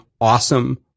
awesome